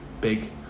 big